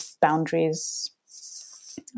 boundaries